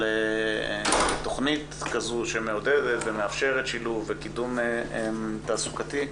על תכנית כזו שמעודדת ומאפשרת שילוב וקידום תעסוקתי,